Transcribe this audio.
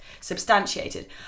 substantiated